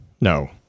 No